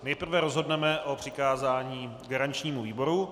Nejprve rozhodneme o přikázání garančnímu výboru.